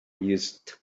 used